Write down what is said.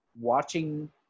watching